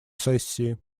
сессии